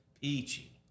peachy